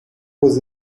was